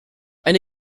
eine